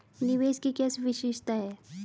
निवेश की क्या विशेषता है?